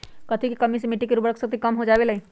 कथी के कमी से मिट्टी के उर्वरक शक्ति कम हो जावेलाई?